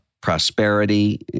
prosperity